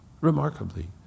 Remarkably